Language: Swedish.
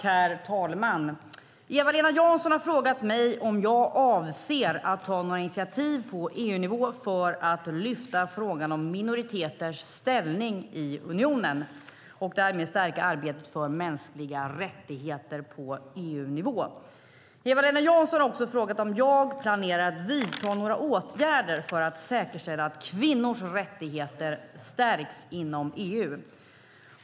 Herr talman! Eva-Lena Jansson har frågat mig om jag avser att ta några initiativ på EU-nivå för att lyfta upp frågan om minoriteters ställning i unionen och därmed stärka arbetet för mänskliga rättigheter på EU-nivå. Eva-Lena Jansson har också frågat om jag planerar att vidta några åtgärder för att säkerställa att kvinnors rättigheter stärks inom EU.